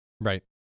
Right